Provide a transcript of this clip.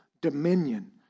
dominion